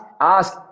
ask